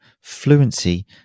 Fluency